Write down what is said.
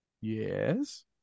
Yes